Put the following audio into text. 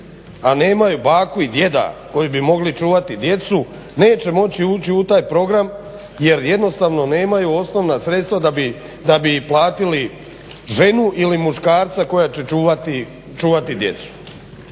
a nemaju baku i djeda koji bi mogli čuvati djecu neće moći ući u taj program jer jednostavno nemaju osnovna sredstva da bi platili ženu ili muškarca koji će čuvati djecu.